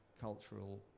cultural